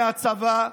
מהצבא,